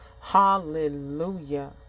Hallelujah